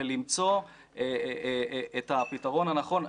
ולמצוא את הפתרון הנכון.